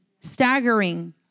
staggering